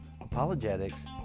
apologetics